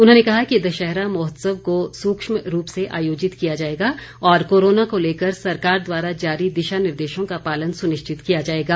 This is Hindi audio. उन्होंने कहा कि दशहरा महोत्सव को सुक्ष्म रूप से आयोजित किया जाएगा और कोरोना को लेकर सरकार द्वारा जारी दिशा निर्देशों का पालन सुनिश्चित किया जाएगा